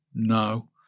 No